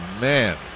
Man